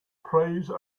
praise